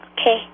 Okay